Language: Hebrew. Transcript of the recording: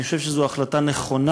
אני חושב שזו החלטה נכונה,